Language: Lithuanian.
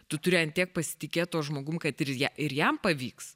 tu turi ant tiek pasitikėt tuo žmogumi kad ir ją ir jam pavyks